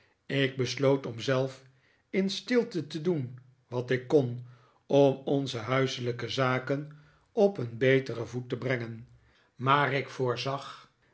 ik besloot om zelf in stilte te doen wat ik kon om onze huiselijke zaken op een beteren voet te brengen maar ik voorzag